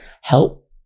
help